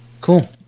Cool